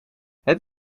het